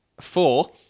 four